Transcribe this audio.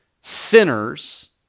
Sinners